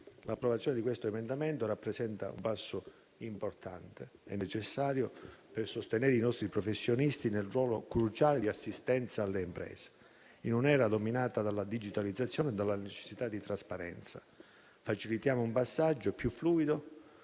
L'approvazione di questo emendamento rappresenta un passo importante e necessario per sostenere i nostri professionisti nel ruolo cruciale di assistenza alle imprese. In un'era dominata dalla digitalizzazione e dalla necessità di trasparenza, facilitiamo un passaggio più fluido